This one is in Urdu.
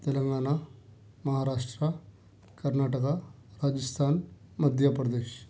تلنگانا مہاراشٹرا کرناٹکا راجستھان مدھیہ پردیش